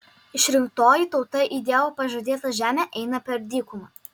išrinktoji tauta į dievo pažadėtą žemę eina per dykumą